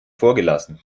vorgelassen